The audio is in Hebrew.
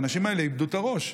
האנשים האלה איבדו את הראש.